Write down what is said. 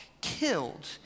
killed